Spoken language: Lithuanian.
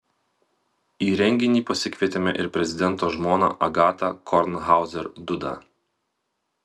į renginį pasikvietėme ir prezidento žmoną agatą kornhauzer dudą